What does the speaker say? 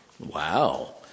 Wow